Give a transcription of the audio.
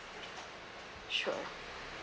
sure